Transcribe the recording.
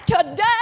today